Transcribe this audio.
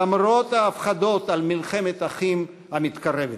למרות ההפחדות על מלחמת אחים המתקרבת.